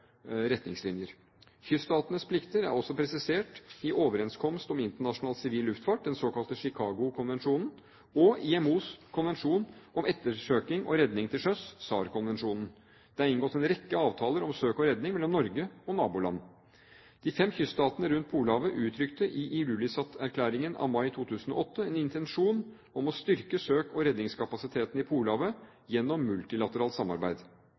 retningslinjer. Kyststatenes plikter er også presisert i Overenskomst om internasjonal sivil luftfart, den såkalte Chicago-konvensjonen, og i IMOs konvensjon om ettersøking og redning til sjøs, SAR-konvensjonen. Det er inngått en rekke avtaler om søk og redning mellom Norge og naboland. De fem kyststatene rundt Polhavet uttrykte i Ilulissat-erklæringen av mai 2008 en intensjon om å styrke søke- og redningskapasiteten i Polhavet gjennom multilateralt samarbeid.